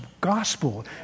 gospel